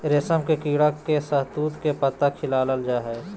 रेशम के कीड़ा के शहतूत के पत्ता खिलाल जा हइ